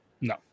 No